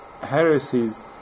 heresies